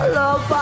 love